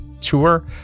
tour